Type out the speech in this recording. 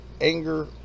anger